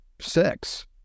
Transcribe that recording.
six